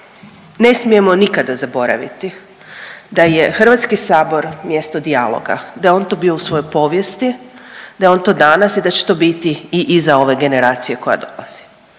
ne smijemo nikada zaboraviti da je HS mjesto dijaloga, da je on to bio u svojoj povijesti, da je on to danas i da će to biti i iza ove generacija koja dolazi.